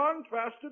contrasted